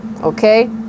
Okay